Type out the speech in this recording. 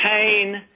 pain